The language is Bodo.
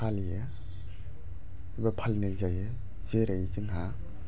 फालियो एबा फालिनाय जायो जेरै जोंहा